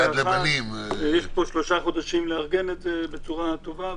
יש שלושה חודשים לארגן את זה בצורה טובה.